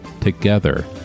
Together